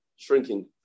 Shrinking